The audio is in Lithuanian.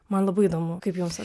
man labai įdomu kaip jums